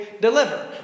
deliver